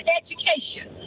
education